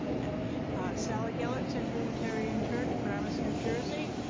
yeah sally gellert, central unitarian church, paramus, new jersey.